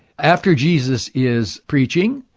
after jesus is preaching,